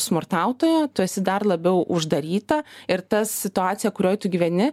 smurtautojo tu esi dar labiau uždaryta ir ta situacija kurioj tu gyveni